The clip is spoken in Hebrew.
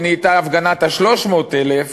שנהייתה הפגנת ה-300,000,